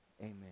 amen